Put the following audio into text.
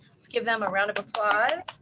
let's give them a round of applause.